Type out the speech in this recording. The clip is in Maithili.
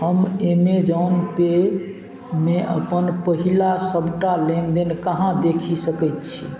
हम ऐमेजॉन पे मे अपन पहिला सबटा लेनदेन कहाँ देखि सकैत छी